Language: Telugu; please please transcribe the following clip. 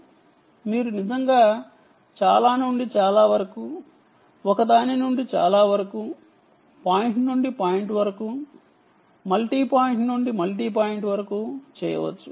2 మరియు ఆ పైన వాటి గురించి మాట్లాడేటప్పుడు మీరు నిజంగా చాలా నుండి చాలా వరకు ఒకదానినుండి చాలా వరకు పాయింట్ నుండి పాయింట్ వరకు మల్టీ పాయింట్ నుండి మల్టీ పాయింట్ వరకు చేయవచ్చు